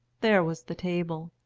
there was the table,